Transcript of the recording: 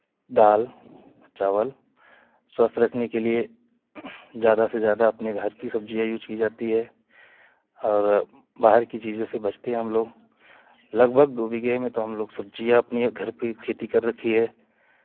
दाल चावल स्वस्थ रखने के लिए ज्यादा से ज्यादा अपने घर की सब्जियाँ यूज़ की जाती हैं और बाहर की चीजों से बचते हैं हम लोग लगभग दो बीघे में तो हम लोग सब्जियाँ अपनी घर पर खेती कर रखी हैं